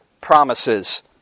promises